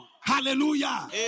Hallelujah